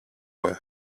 were